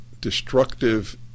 destructive